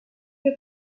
que